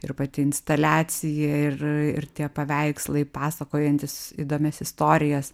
ir pati instaliacija ir ir tie paveikslai pasakojantys įdomias istorijas